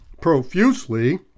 profusely